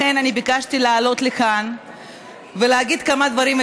לכן ביקשתי לעלות לכאן ולהגיד כמה דברים.